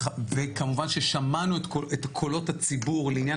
וכמובן ששמענו את קולות הציבור לעניין